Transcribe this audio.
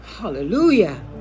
Hallelujah